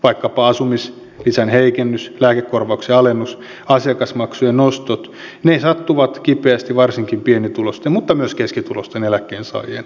vaikkapa asumislisän heikennys lääkekorvauksen alennus asiakasmaksujen nostot sattuvat kipeästi varsinkin pienituloisten mutta myös keskituloisten eläkkeensaajien arkeen